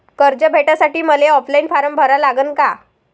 कर्ज भेटासाठी मले ऑफलाईन फारम भरा लागन का?